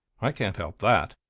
i can't help that,